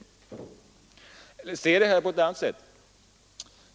Vi kan också se denna sak på ett annat sätt.